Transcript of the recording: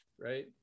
right